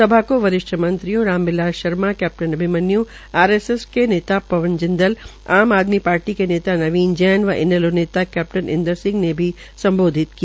सभा को वरिष्ठ मंत्रियों राम बिलास शर्मा कैप्टन अभिमन्यू आरएसएस नेता पवन जिंदल आम आदमी पार्टी के नेता नवीन जैन व इनैलों नेता कैप्टन् इंदर सिंह ने भी सम्बोधित किया